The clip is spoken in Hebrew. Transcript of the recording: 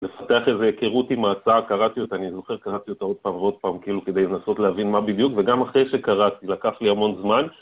לפתח איזה הכרות עם ההצעה, קראתי אותה, אני זוכר, קראתי אותה עוד פעם ועוד פעם כאילו כדי לנסות להבין מה בדיוק, וגם אחרי שקראתי, לקח לי המון זמן.